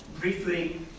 briefly